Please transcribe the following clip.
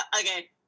Okay